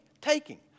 taking